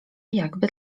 jakby